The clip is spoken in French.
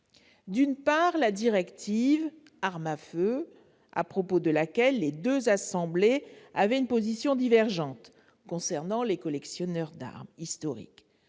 d'une part, la directive Armes à feu, à propos de laquelle les deux assemblées avaient une position divergente concernant les collectionneurs d'armes historiques